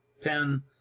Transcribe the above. pen